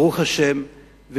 ברוך השם,